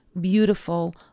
beautiful